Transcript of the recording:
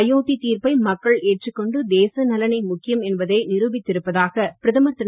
அயோத்தி தீர்ப்பை மக்கள் ஏற்றுக் கொண்டு தேச நலனே முக்கியம் என்பதை நிரூபித்திருப்பதாக பிரதமர் திரு